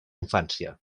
infància